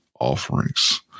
offerings